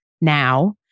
now